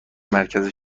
مرکز